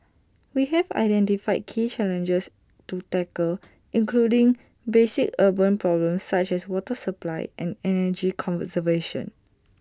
we have identified key challenges to tackle including basic urban problems such as water supply and energy conservation